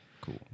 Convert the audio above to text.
cool